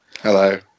Hello